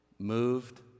moved